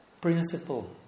principle